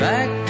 Back